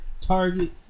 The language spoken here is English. Target